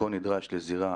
נתתי לך זמן מספק לשאול.